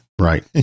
Right